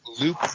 loop